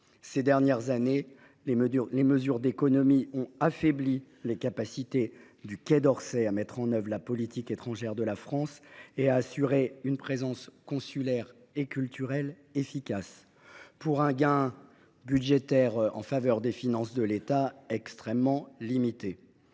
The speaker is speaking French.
Ces dernières années, les mesures d’économies ont affaibli les capacités du Quai d’Orsay à mettre en œuvre la politique étrangère de la France et à assurer une présence consulaire et culturelle efficace, pour un gain budgétaire en faveur des finances de l’État extrêmement limité.